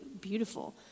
beautiful